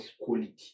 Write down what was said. quality